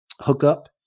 hookup